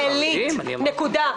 הישראלית, נקודה.